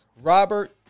Robert